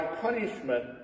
punishment